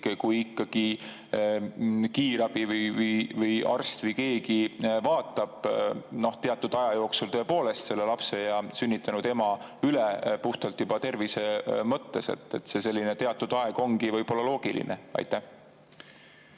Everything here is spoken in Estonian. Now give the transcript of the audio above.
kui kiirabi või arst või keegi vaatab teatud aja jooksul tõepoolest selle lapse ja sünnitanud ema üle, puhtalt juba tervise mõttes? Selline teatud aeg ongi võib-olla loogiline. Hea